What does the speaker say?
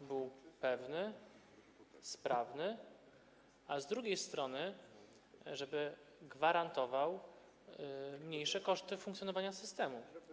był pewny, sprawny, a z drugiej strony, żeby gwarantował mniejsze koszty funkcjonowania systemu.